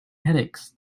headaches